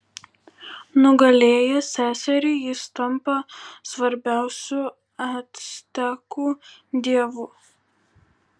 nugalėjęs seserį jis tampa svarbiausiu actekų dievu